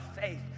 faith